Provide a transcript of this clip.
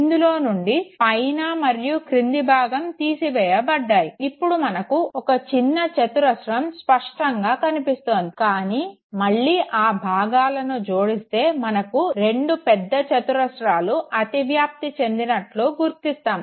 ఇందులో నుండి పైన మరియు క్రింది భాగం తీసివేయబడ్డాయి ఇప్పుడు మనకు ఒక చిన్న చతురస్రం స్పష్టంగా కనిపిస్తోంది కానీ మళ్ళీ ఆ భాగాలను జోడిస్తే మనకు రెండు పెద్ద చతుర్స్రాలు అతివ్యాప్తి చెందినట్టు గుర్తిస్తాము